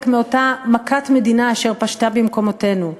מאותה 'מכת מדינה' אשר פשתה במקומותינו,